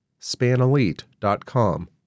SpanElite.com